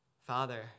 Father